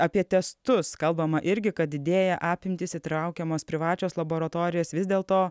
apie testus kalbama irgi kad didėja apimtys įtraukiamos privačios laboratorijos vis dėl to